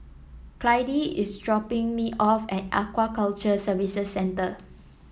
Clydie is dropping me off at Aquaculture Services Centre